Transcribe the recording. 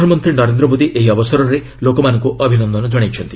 ପ୍ରଧାନମନ୍ତ୍ରୀ ନରେନ୍ଦ୍ର ମୋଦି ଏହି ଅବସରରେ ଲୋକମାନଙ୍କୁ ଅଭିନନ୍ଦନ ଜଣାଇଛନ୍ତି